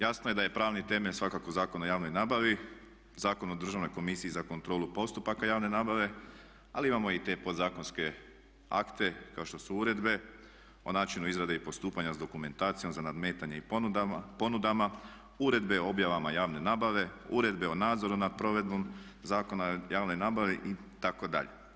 Jasno je da je pravni temelj svakako Zakon o javnoj nabavi, Zakon o državnoj komisiji za kontrolu postupaka javne nabave, ali imamo i te podzakonske akte kao što su uredbe o načinu izrade i postupanja s dokumentacijom za nadmetanje i ponudama, uredbe o objavama javne nabave, uredbe o nadzoru nad provedbom Zakona o javnoj nabavi itd.